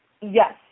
Yes